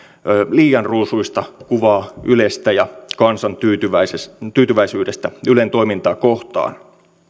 liian ruusuista kuvaa ylestä ja kansan tyytyväisyydestä tyytyväisyydestä ylen toimintaa kohtaan